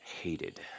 hated